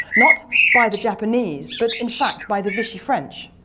not by the japanese, but in fact by the vichy french,